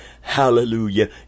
hallelujah